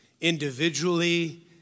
individually